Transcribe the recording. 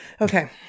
Okay